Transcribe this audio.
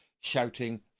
shouting